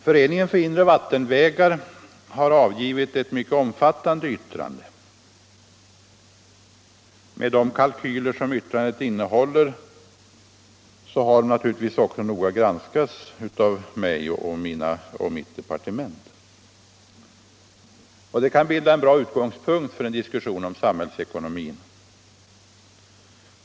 Föreningen för inre vattenvägar har avgivit ett mycket omfattande yttrande. De kalkyler som yttrandet innehåller har naturligtvis också noga granskats av mig och mitt departement, och det kan bilda en bra utgångspunkt för en diskussion om samhällsekonomin.